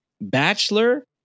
Bachelor